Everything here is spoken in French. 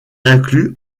inclus